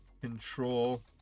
control